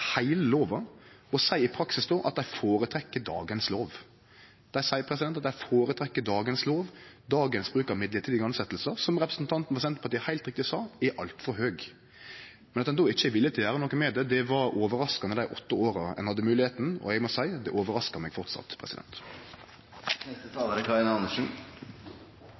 heile lova, og som då i praksis seier at dei føretrekkjer dagens lov. Dei seier dei føretrekkjer dagens lov, dagens bruk av mellombels tilsetjingar, som representanten frå Senterpartiet heilt riktig sa er altfor stor. At ein då ikkje er villig til å gjere noko med det, var overraskande dei åtte åra ein hadde moglegheita, og eg må seie det overraskar meg framleis. Det er